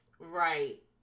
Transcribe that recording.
Right